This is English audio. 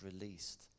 released